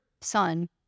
son